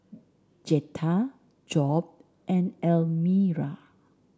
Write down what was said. Zetta Job and Elmira